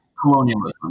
colonialism